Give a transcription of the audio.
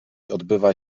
odbywa